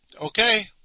Okay